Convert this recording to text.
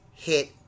hit